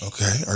Okay